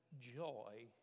joy